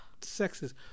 sexist